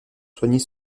soigner